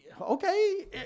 Okay